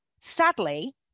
sadly